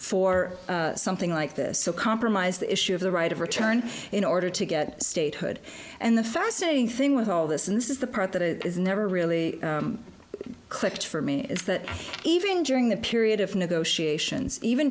for something like this compromise the issue of the right of return in order to get statehood and the fascinating thing with all this and this is the part that it is never really clicked for me is that even during the period of negotiations even